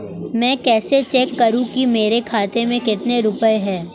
मैं कैसे चेक करूं कि मेरे खाते में कितने रुपए हैं?